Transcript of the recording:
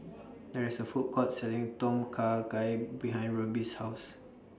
There IS A Food Court Selling Tom Kha Gai behind Ruby's House